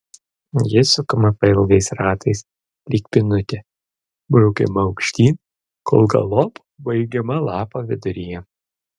ji sukama pailgais ratais lyg pynutė braukiama aukštyn kol galop baigiama lapo viduryje